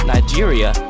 Nigeria